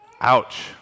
Ouch